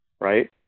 right